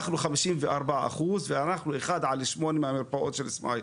אנחנו 54% ואנחנו 1:8 מהמרפאות של סמייל.